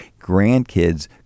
grandkids